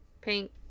pink